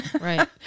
right